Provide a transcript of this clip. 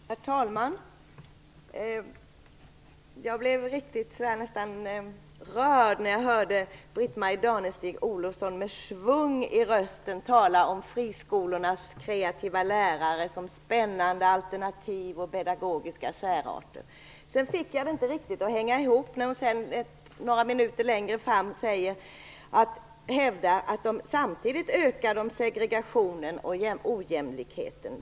Herr talman! Jag blev riktigt rörd när jag hörde Britt-Marie Danestig-Olofsson med schwung i rösten tala om friskolornas kreativa lärare, om spännande alternativ och pedagogiska särarter. Men jag fick det inte att gå ihop när hon några minuter senare hävdade att de samtidigt ökar segregationen och ojämlikheten.